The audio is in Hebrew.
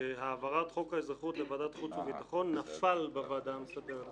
שהעברת חוק האזרחות לוועדת החוץ והביטחון נפל בוועדה המסדרת.